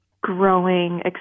growing